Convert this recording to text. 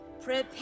Prepare